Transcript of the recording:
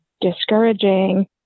discouraging